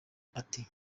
ati